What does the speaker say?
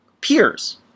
peers